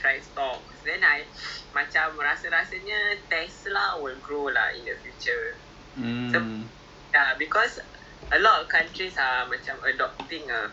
I think kalau I I will beli the stock uh for what I have now lah my capital yang ada I would probably invest in cheaper stocks lah singapore based stocks like